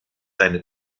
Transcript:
seine